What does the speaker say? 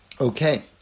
Okay